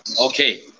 okay